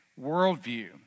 worldview